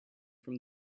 from